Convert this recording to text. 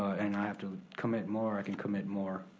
and i have to commit more, i can commit more.